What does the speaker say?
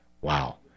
wow